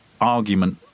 argument